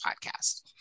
podcast